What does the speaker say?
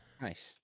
nice